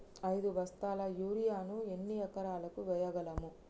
ఐదు బస్తాల యూరియా ను ఎన్ని ఎకరాలకు వేయగలము?